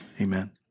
amen